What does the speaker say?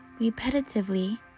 Repetitively